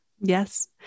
Yes